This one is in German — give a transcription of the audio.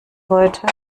heute